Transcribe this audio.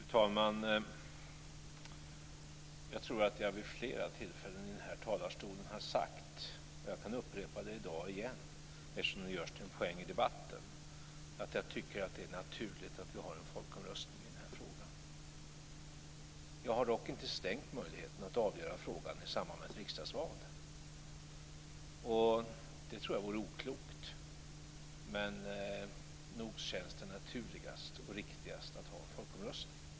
Fru talman! Jag tror att jag vid flera tillfällen i denna talarstol har sagt, och jag kan upprepa det i dag, eftersom det görs till en poäng i debatten, att jag tycker att det är naturligt att vi har en folkomröstning i denna fråga. Jag har dock inte stängt möjligheten att avgöra frågan i samband med ett riksdagsval. Det tror jag vore oklokt. Men nog känns det naturligast och riktigast att ha en folkomröstning.